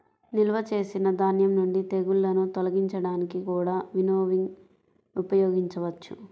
నిల్వ చేసిన ధాన్యం నుండి తెగుళ్ళను తొలగించడానికి కూడా వినోవింగ్ ఉపయోగించవచ్చు